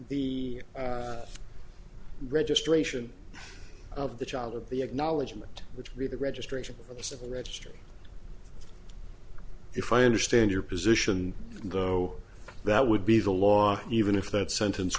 the registration of the child or the acknowledgment which would be the registration of the civil registry if i understand your position though that would be the law even if that sentence